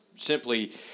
Simply